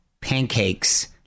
pancakes